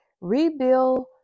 rebuild